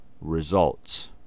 results